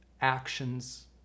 actions